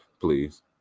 please